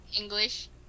English